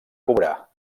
cobrar